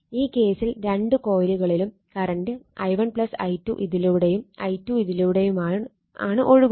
ഈ കേസിൽ രണ്ടു കോയിലുകളിലും കറണ്ട് i1 i2 ഇതിലൂടെയും i2 ഇതിലൂടെയുമാണ് ഒഴുകുന്നത്